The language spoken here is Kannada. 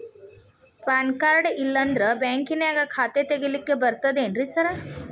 ಪಾನ್ ಕಾರ್ಡ್ ಇಲ್ಲಂದ್ರ ಬ್ಯಾಂಕಿನ್ಯಾಗ ಖಾತೆ ತೆಗೆಲಿಕ್ಕಿ ಬರ್ತಾದೇನ್ರಿ ಸಾರ್?